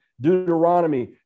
Deuteronomy